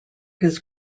his